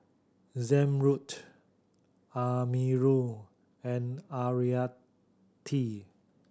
Zamrud Amirul and Haryati